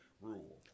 rule